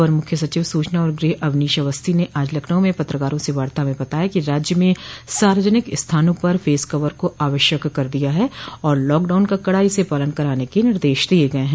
अपर मुख्य सचिव सूचना और गृह अवनोश अवस्थी ने आज लखनऊ में पत्रकारों से वार्ता में बताया कि राज्य में सार्वजनिक स्थानों पर फेस कवर को आवश्यक कर दिया गया है और लॉकडाउन का कड़ाई से पालन कराने के निर्देश दिये गये हैं